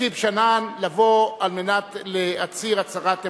שכיב שנאן לבוא על מנת להצהיר הצהרת אמונים.